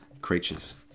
creatures